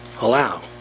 allow